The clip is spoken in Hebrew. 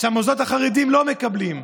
שהמוסדות החרדיים לא מקבלים,